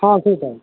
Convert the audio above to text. হ্যাঁ সেটাই